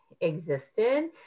existed